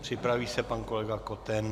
Připraví se pan kolega Koten.